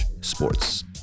sports